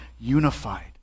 unified